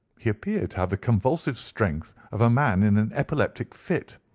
he appeared to have the convulsive strength of a man in an epileptic fit.